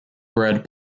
bred